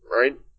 right